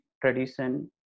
tradition